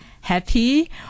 Happy